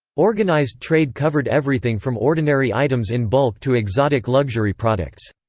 organized trade covered everything from ordinary items in bulk to exotic luxury products.